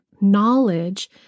knowledge